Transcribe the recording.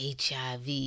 HIV